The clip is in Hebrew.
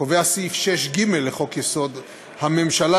קובע סעיף 6(ג) לחוק-יסוד: הממשלה